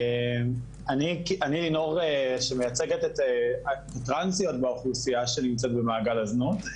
אני לינור שמייצגת את הטרנסיות באוכלוסייה שנמצאת במעגל הזנות,